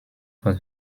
for